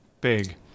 big